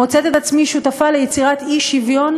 מוצאת את עצמי שותפה ליצירת אי-שוויון